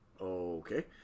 Okay